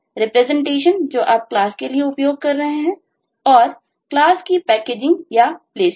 representation जो आप class के लिए उपयोग कर रहे हैं और क्लास की पैकेजिंग या प्लेसमेंट